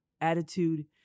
attitude